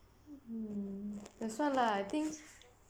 that's why lah I think